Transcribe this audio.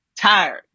tired